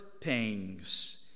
pangs